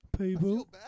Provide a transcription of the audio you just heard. People